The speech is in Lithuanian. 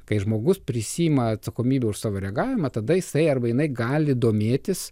kai žmogus prisiima atsakomybę už savo reagavimą tada jisai arba jinai gali domėtis